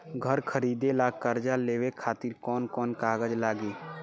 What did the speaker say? घर खरीदे ला कर्जा लेवे खातिर कौन कौन कागज लागी?